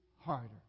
Harder